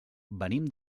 venim